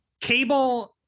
Cable